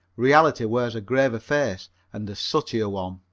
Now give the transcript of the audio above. reality wears a graver face and a sootier one.